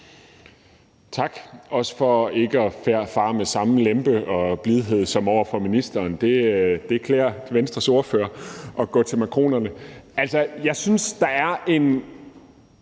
Tak. Også tak for ikke at fare med samme lempe og blidhed som over for ministeren. Det klæder Venstres ordfører at gå til makronerne. Altså, jeg synes, det er,